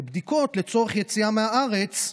בדיקות לצורך יציאה מהארץ,